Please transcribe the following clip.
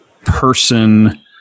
person